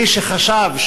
מי שחשב,